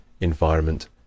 environment